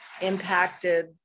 impacted